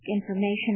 information